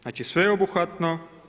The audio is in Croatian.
Znači, sveobuhvatno.